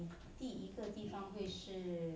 第一个地方会是